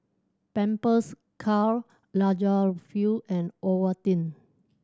Pampers Karl Lagerfeld and Ovaltine